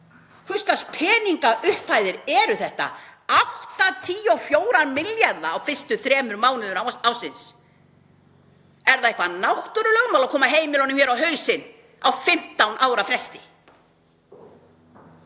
lags peningaupphæðir eru þetta, 84 milljarðar á fyrstu þremur mánuðum ársins? Er það eitthvert náttúrulögmál að koma heimilunum á hausinn á 15 ára fresti?